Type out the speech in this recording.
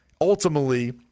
ultimately